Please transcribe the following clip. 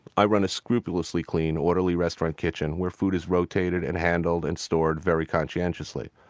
i run a scrupulously clean, orderly restaurant kitchen, where food is rotated and handled and stored very conscientiously.